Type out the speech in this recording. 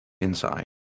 inside